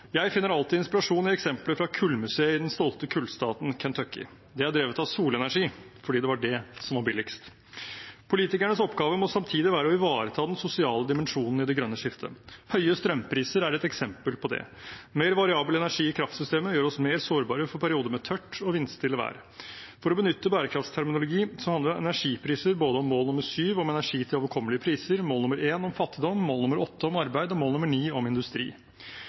Jeg finner alltid inspirasjon i eksemplet fra kullmuseet i den stolte kullstaten Kentucky. Det er drevet av solenergi fordi det var det som var billigst. Politikernes oppgave må samtidig være å ivareta den sosiale dimensjonen i det grønne skiftet. Høye strømpriser er et eksempel på det. Mer variabel energi i kraftsystemet gjør oss mer sårbare for perioder med tørt og vindstille vær. For å benytte bærekraftsterminologi handler energipriser om både mål nr. 7, om energi til overkommelige priser, mål nr. 1, om fattigdom, mål nr. 8, om arbeid, og mål nr. 9, om industri.